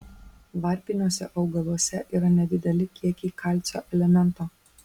varpiniuose augaluose yra nedideli kiekiai kalcio elemento